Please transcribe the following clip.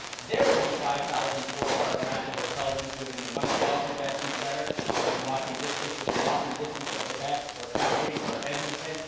there isn't five thousand four star branded hotel rooms within the montreal convention centre within walking distance, within walking distance in ah quebec, or calgary, or edmonton,